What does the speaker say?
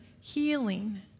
healing